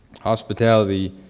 Hospitality